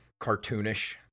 cartoonish